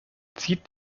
zieht